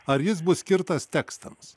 ar jis bus skirtas tekstams